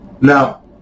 Now